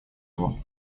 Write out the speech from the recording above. его